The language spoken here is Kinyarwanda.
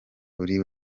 uri